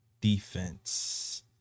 Defense